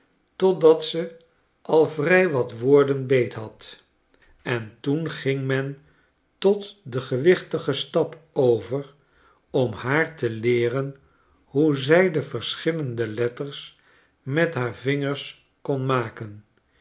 totdat ze al vrij wat woorden beethad en toen ging men tot den gewichtigen stap over om haar te leeren hoe zij de verschillende letters met haar vingers kon maken